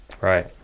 Right